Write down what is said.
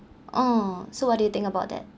oh so what do you think about that